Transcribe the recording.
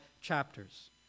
chapters